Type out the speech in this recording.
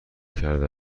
کرده